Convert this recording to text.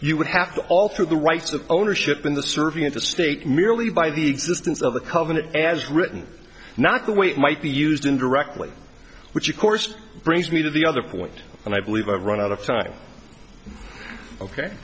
you would have to alter the rights of ownership in the serving in the state merely by the existence of the covenant as written not the way it might be used indirectly which of course brings me to the other point and i believe i've run out of time ok